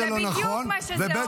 זה לא נכון, וב.